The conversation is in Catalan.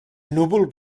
núvol